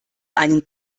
einen